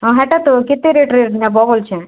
ହଁ ହେଟା ତ କେତେ ରେଟ୍ରେ ନେବ କହୁଛେଁ